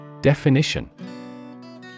Definition